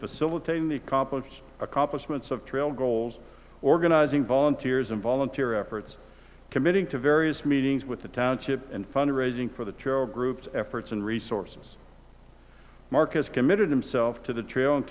facilitating the complex accomplishments of trail goals organizing volunteers in volunteer efforts committing to various meetings with the township and fund raising for the group's efforts and resources marc has committed himself to the trail and